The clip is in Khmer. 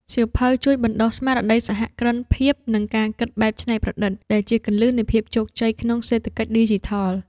សៀវភៅជួយបណ្ដុះស្មារតីសហគ្រិនភាព និងការគិតបែបច្នៃប្រឌិត ដែលជាគន្លឹះនៃភាពជោគជ័យក្នុងសេដ្ឋកិច្ចឌីជីថល។